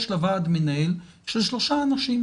יש לה ועד מנהל של שלושה אנשים.